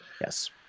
yes